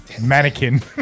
Mannequin